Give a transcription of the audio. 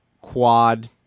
quad